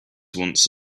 once